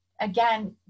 again